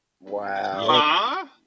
Wow